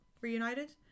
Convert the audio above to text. reunited